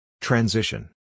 Transition